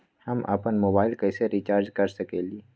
हम अपन मोबाइल कैसे रिचार्ज कर सकेली?